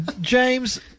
James